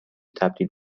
تبدیل